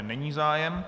Není zájem.